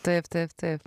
taip taip taip